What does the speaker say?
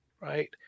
right